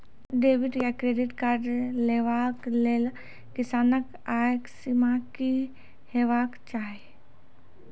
Debit या credit card लेवाक लेल किसानक आय सीमा की हेवाक चाही?